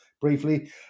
briefly